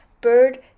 bird